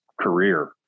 career